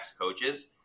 coaches